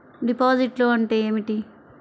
డిపాజిట్లు అంటే ఏమిటి?